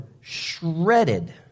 shredded